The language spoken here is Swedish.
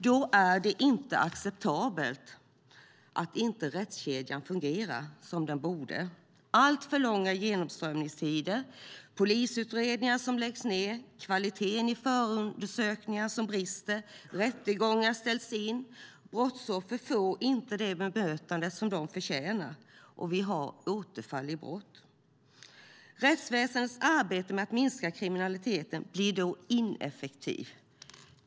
Då är det inte acceptabelt att rättskedjan inte fungerar som den borde med alltför långa genomströmningstider, polisutredningar som läggs ned, förundersökningar som brister i kvalitet, rättegångar som ställs in, brottsoffer som inte får det bemötande som de förtjänar och återfall i brott. Rättsväsendets arbete med att minska kriminaliteten blir då ineffektivt.